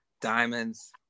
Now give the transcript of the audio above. diamonds